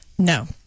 No